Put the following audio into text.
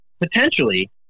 potentially